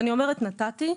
אני אומרת "נתתי"